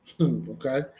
Okay